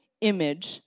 image